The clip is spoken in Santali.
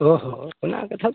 ᱚᱻ ᱦᱚᱸ ᱚᱱᱟ ᱠᱟᱛᱷᱟ